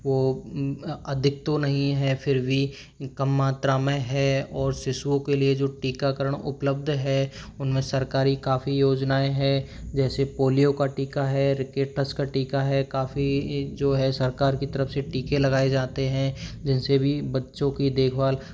वो अधिक तो नहीं है फिर भी कम मात्रा में है और शिशुओं के लिए जो टीकाकरण उपलब्ध है उनमें सरकारी काफ़ी योजनाएं हैं जैसे पोलियो का टीका है रिकेटस का टीका है काफ़ी ये जो है सरकार की तरफ से टीके लगाए जाते हैं जिनसे भी बच्चों की देखभाल